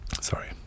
sorry